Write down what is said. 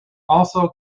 also